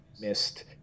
missed